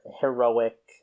heroic